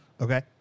Okay